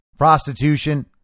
prostitution